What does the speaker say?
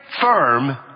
firm